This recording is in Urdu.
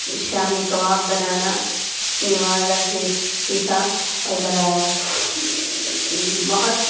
شامی کباب بنانا اپنی والدہ سے سیکھا اور بنایا بہت